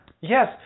Yes